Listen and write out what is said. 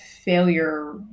failure